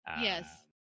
yes